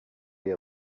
les